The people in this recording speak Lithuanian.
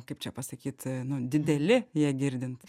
kaip čia pasakyt nu dideli ją girdint